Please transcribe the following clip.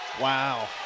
wow